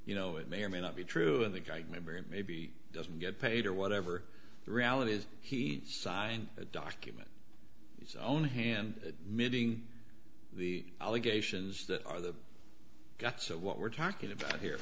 you know it may or may not be true and the guy member maybe he doesn't get paid or whatever the reality is he signed a document it's own hand milling the allegations that are the guts of what we're talking about here